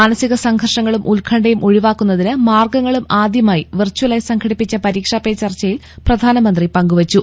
മാനസിക സംഘർഷങ്ങളും ഉത്കണ്ഠയും ഒഴിവാക്കുന്നതിന് മാർഗങ്ങളും ആദ്യമായി വെർച്വലായി സംഘടിപ്പിച്ച പരീക്ഷാപേ ചർച്ചയിൽ പ്രധാനമന്ത്രി പങ്കുവെച്ചു